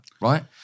right